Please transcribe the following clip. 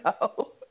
no